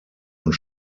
und